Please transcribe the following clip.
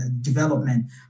development